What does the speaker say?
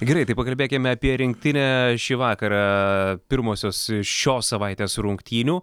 greitai pakalbėkime apie rinktinę šį vakarą pirmosios šios savaitės rungtynių